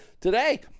Today